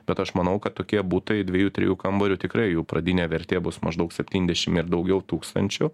bet aš manau kad tokie butai dviejų trijų kambarių tikrai jų pradinė vertė bus maždaug septyndešim ir daugiau tūkstančių